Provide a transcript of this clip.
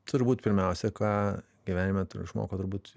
turbūt pirmiausia ką gyvenime išmoko turbūt